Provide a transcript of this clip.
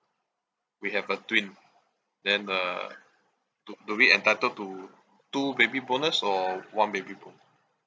we have a twin then uh do do we entitled to two baby bonus or one baby bonus